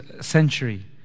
century